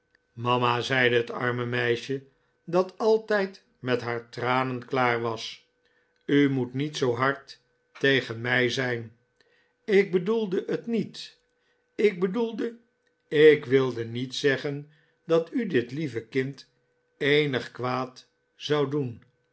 mama zeide het arme meisje dat altijd met haar tranen klaar was u moet niet zoo hard tegen mij zijn ik bedoelde het niet ik bedoelde ik wilde niet zeggen dat u dit lieve kind eenig kwaad zou doen